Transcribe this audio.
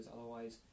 otherwise